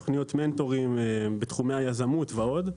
תכניות מנטורים בתחומי היזמות ועוד.